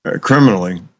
criminally